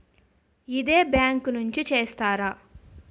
ఇదే బ్యాంక్ నుంచి చేస్తారా?